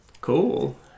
Cool